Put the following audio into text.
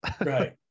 Right